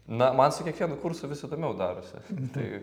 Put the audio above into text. na man su kiekvienu kursu vis įdomiau darosi tai